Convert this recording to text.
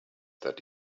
that